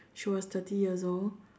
she was thirty years old